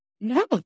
no